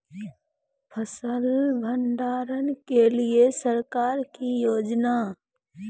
फसल भंडारण के लिए सरकार की योजना?